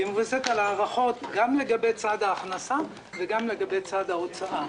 שמבוססת על הערכות גם לגבי צד ההכנסה וגם לגבי צד ההוצאה.